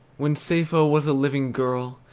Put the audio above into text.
when sappho was a living girl,